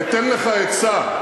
אתן לך עצה,